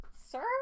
Sir